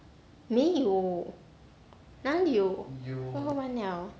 没有哪里有都喝完 liao